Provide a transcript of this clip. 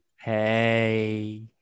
Hey